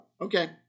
Okay